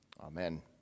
Amen